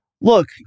look